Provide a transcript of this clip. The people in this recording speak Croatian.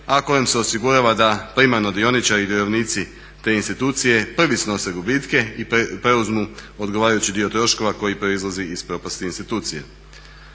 a kojom se osigurava da primarno dioničari i vjerovnici te institucije prvi snose gubitke i preuzmu odgovarajući dio troškova koji proizlazi iz propasti institucije.